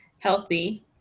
healthy